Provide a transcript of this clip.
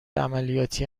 عملیاتی